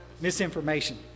Misinformation